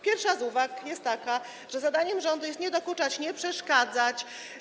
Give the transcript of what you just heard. Pierwsza z uwag jest taka, że zadaniem rządu jest nie dokuczać, nie przeszkadzać.